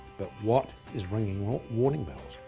but what is ringing warning bells.